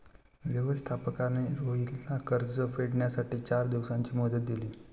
व्यवस्थापकाने रोहितला कर्ज फेडण्यासाठी चार दिवसांची मुदत दिली